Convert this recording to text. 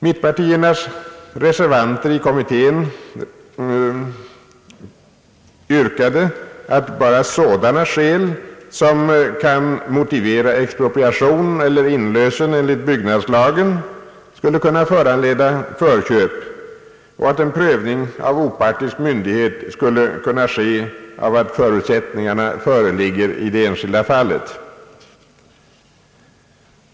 Mittenpartiernas reservanter i kommittén yrkade att bara sådana skäl som kan motivera expropriation eller inlösen enligt byggnadslagen skulle kunna föranleda förköp och att en prövning av opartisk myndighet skulle kunna ske av att förutsättningarna föreligger i det enskilda fallet.